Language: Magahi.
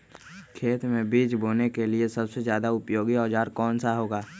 खेत मै बीज बोने के लिए सबसे ज्यादा उपयोगी औजार कौन सा होगा?